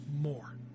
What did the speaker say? more